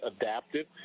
adaptive